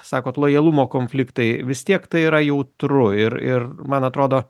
sakot lojalumo konfliktai vis tiek tai yra jautru ir ir man atrodo